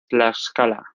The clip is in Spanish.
tlaxcala